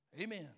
Amen